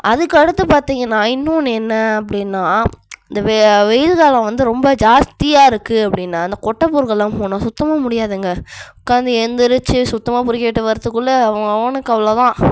அதுக்கு அடுத்து பார்த்திங்கன்னா இன்னொன்னு என்ன அப்படின்னா இந்த வெ வெயில் காலம் வந்து ரொம்ப ஜாஸ்தியாக இருக்குது அப்படின்னா இந்த கொட்டை பொறுக்கலாம் போனால் சுத்தமாக முடியாதுங்க உட்காந்து ஏழுந்துரிச்சி சுத்தமாக பொறுக்கிட்டு வரதுக்குள்ள அவன் அவனுக்கு அவ்வளோதான்